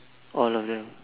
all of them